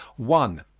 one.